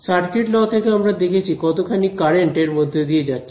circuit law থেকে আমরা দেখেছি কতখানি কারেন্ট এর মধ্যে দিয়ে যাচ্ছে